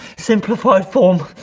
simplified form.